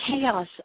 chaos